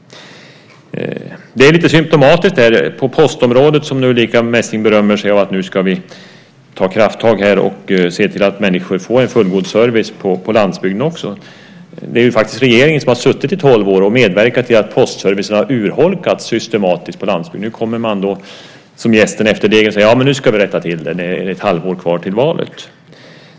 Det är lite symtomatiskt: På postområdet berömmer sig Ulrica Messing och säger att det ska tas krafttag och att människor ska få en fullgod service också på landsbygden. Det är faktiskt regeringen som under tolv år har medverkat till att postservicen systematiskt har urholkats på landsbygden. Nu kommer man som jästen efter degen och säger att det nu ska rättas till när det är ett halvår kvar till valet.